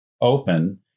open